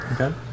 Okay